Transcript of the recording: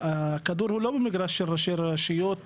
הכדור הוא לא במגרש של ראשי רשויות,